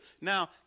Now